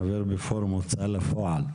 חבר בפורום הוצאה לפועל.